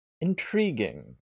intriguing